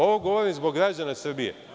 Ovo govorim zbog građana Srbije.